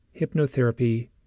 hypnotherapy